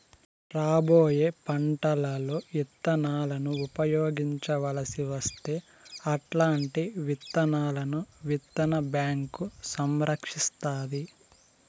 రాబోయే పంటలలో ఇత్తనాలను ఉపయోగించవలసి వస్తే అల్లాంటి విత్తనాలను విత్తన బ్యాంకు సంరక్షిస్తాది